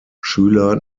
schüler